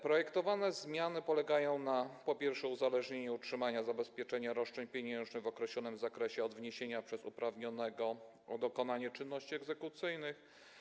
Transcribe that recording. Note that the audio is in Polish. Projektowane zmiany polegają, po pierwsze, na uzależnieniu utrzymania zabezpieczenia roszczeń pieniężnych w określonym zakresie od wniesienia przez uprawnionego o dokonanie czynności egzekucyjnych.